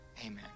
amen